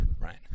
right